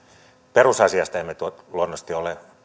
perusasiasta emme luonnollisesti ole